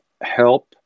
help